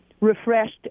refreshed